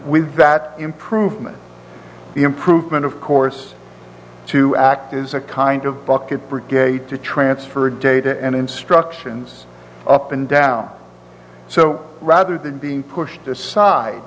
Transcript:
with that improvement the improvement of course to act is a kind of bucket brigade to transfer data and instructions up and down so rather than being pushed aside